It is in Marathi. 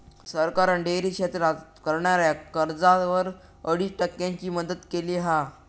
सरकारान डेअरी क्षेत्रात करणाऱ्याक कर्जावर अडीच टक्क्यांची मदत केली हा